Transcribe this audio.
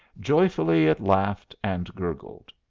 joyfully it laughed and gurgled.